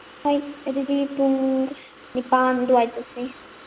ꯍꯩꯠ ꯑꯗꯨꯗꯤ ꯄꯨꯡ ꯅꯤꯄꯥꯟ ꯑꯗꯨꯋꯥꯏ ꯆꯠꯁꯤ